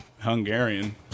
Hungarian